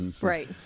Right